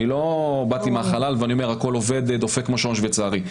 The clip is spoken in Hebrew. לא באתי מהחלל ואני אומר שהכול דופק כמו שעון שוויצרי.